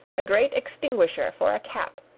a great extinguisher for a cap,